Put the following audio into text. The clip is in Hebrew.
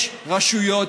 יש רשויות,